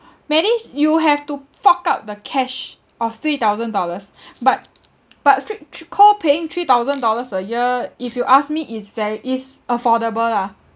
medish~ you have to fork out the cash of three thousand dollars but but th~ three copaying three thousand dollars a year if you ask me is very is affordable lah